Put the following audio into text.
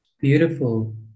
Beautiful